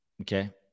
okay